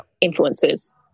influences